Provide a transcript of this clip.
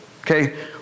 Okay